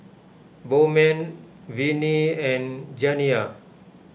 Bowman Vinie and Janiya